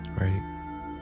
right